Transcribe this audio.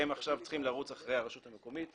והם עכשיו צריכים לרוץ אחרי הרשות המקומית,